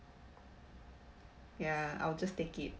ya I will just take it